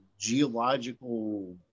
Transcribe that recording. geological